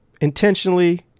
intentionally